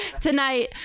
tonight